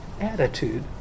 attitude